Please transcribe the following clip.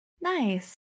Nice